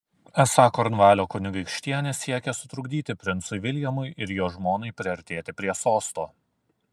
esą kornvalio kunigaikštienė siekia sutrukdyti princui viljamui ir jo žmonai priartėti prie sosto